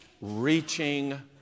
reaching